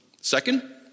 Second